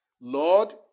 Lord